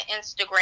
Instagram